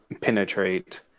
penetrate